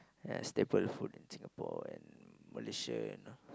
ya staple food in Singapore and Malaysia you know